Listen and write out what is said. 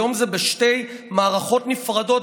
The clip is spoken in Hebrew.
היום זה בשתי מערכות נפרדות.